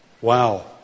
Wow